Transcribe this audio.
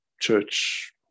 church